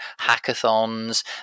hackathons